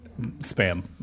Spam